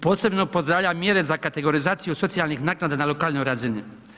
Posebno pozdravljam mjere za kategorizaciju socijalnih naknada na lokalnoj razini.